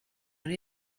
dans